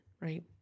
right